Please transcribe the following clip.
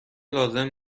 لازم